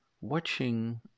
watching